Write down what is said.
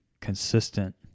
consistent